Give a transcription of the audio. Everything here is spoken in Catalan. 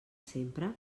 sempre